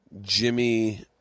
Jimmy